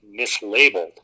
mislabeled